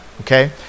Okay